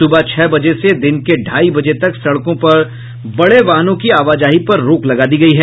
सुबह छह बजे से दिन के ढाई बजे तक सड़कों पर बड़े वाहनों की आवाजाही पर रोक लगा दी गयी है